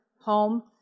home